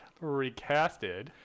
recasted